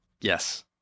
Yes